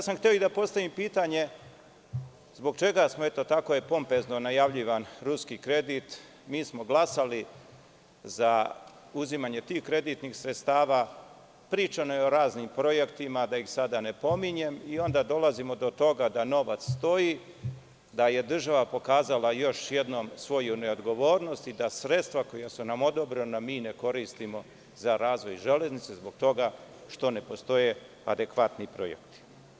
Tako je pompezno najavljivan ruski kredit, mi smo glasali za uzimanje tih kreditnih sredstava, pričano je o raznim projektima, da ih sada ne pominjem, i onda dolazimo do toga da novac stoji, da je država pokazala još jednom svoju odgovornost i da sredstva koja su nam odobrena mi ne koristimo za razvoj železnice zbog toga što ne postoje adekvatni projekti.